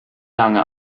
lange